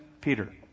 Peter